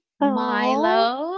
Milo